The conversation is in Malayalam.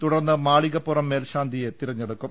തുടർന്ന് മാളിക പ്പുറം മേൽശാന്തിയെ തെരഞ്ഞെടുക്കും